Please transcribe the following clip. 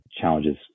challenges